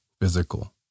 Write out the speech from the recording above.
physical